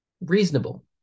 reasonable